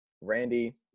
Randy